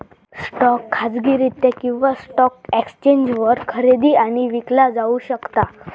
stock खाजगीरित्या किंवा stock एक्सचेंजवर खरेदी आणि विकला जाऊ शकता